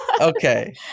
Okay